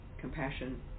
compassion